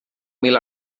mil